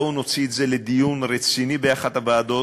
בואו נוציא את זה לדיון רציני באחת הוועדות,